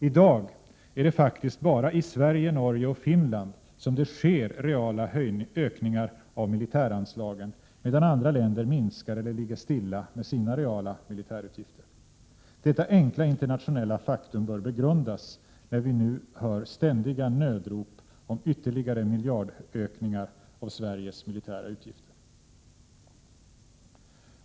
I dag är det faktiskt bara i Sverige, Norge och Finland som det sker reala ökningar av militäranslagen, medan andra länder minskar eller ligger stilla med sina reala militärutgifter. Detta enkla internationella faktum bör begrundas, när vi nu hör ständiga nödrop om ytterligare miljardökningar av Sveriges militära utgifter.